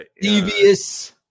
Devious